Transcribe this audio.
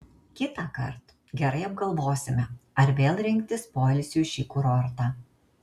kitąkart gerai apgalvosime ar vėl rinktis poilsiui šį kurortą